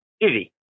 easy